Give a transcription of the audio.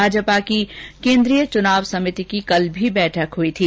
भाजपा की केन्द्रीय चुनाव समिति की कल भी बैठक हुई थी